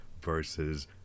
versus